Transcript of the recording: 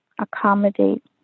accommodate